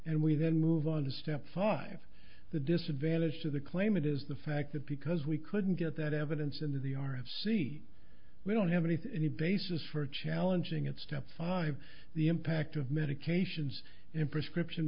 and we then move on to step five the disadvantage to the claim it is the fact that because we couldn't get that evidence into the r of c we don't have anything any basis for challenging it step five the impact of medications in prescription